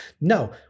no